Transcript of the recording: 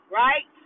right